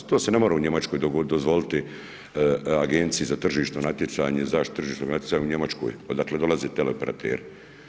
To se ne more u Njemačkoj dozvoliti, Agenciji za tržišno natjecanje, zaštitu tržišnog natjecanja u Njemačkoj, odakle dolaze teleoperateri.